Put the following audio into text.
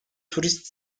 turist